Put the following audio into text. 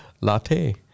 latte